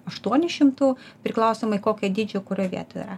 aštuonių šimtų priklausomai kokio dydžio kurioj vietoj yra